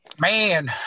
Man